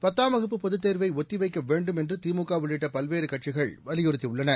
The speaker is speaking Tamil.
பத்தாம் வகுப்பு பொதுத்தேர்வை ஒத்திவைக்க வேண்டும் என்று திமுக உள்ளிட்ட பல்வேறு கட்சிகள் வலியுறுத்தியுள்ளன